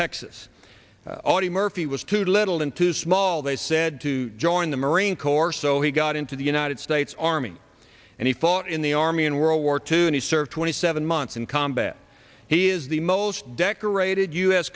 texas audie murphy was too little and too small they said to join the marine corps so he got into the united states army and he fought in the army in world war two he served twenty seven months in combat he is the most decorated u